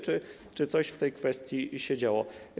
Czy coś w tej kwestii się działo?